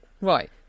Right